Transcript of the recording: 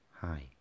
hi